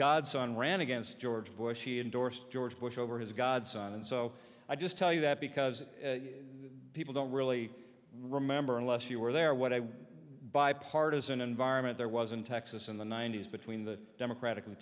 godson ran against george bush he endorsed george bush over his godson and so i just tell you that because people don't really remember unless you were there what i buy partisan environment there was in texas in the ninety's between the democratic